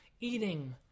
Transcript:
eating